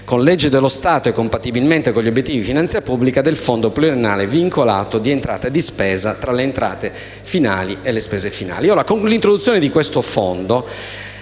con legge dello Stato e compatibilmente con gli obiettivi di finanza pubblica, del fondo pluriennale vincolato di entrata e di spesa tra le entrate finali e le spese finali.